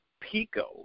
Pico